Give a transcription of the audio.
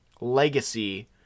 legacy